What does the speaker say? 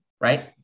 right